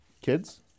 Kids